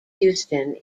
houston